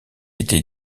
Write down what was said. été